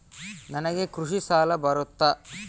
ನನಗೆ ಕೃಷಿ ಸಾಲ ಬರುತ್ತಾ?